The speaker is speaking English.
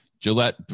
Gillette